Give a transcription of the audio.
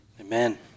Amen